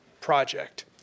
project